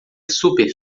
super